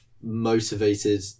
Motivated